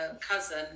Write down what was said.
cousin